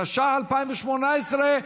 התשע"ח 2018,